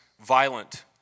violent